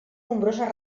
nombroses